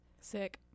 Sick